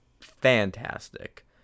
fantastic